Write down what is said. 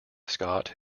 scott